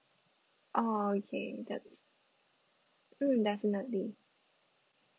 oh okay def~ mm indefinitely